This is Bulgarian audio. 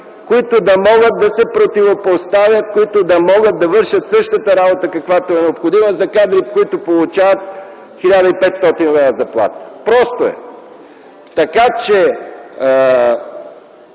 които да могат да се противопоставят, които да могат да вършат същата работа, каквато е необходима за кадри, които получават 1500 лв. заплата. Просто е!